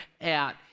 out